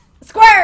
Squirt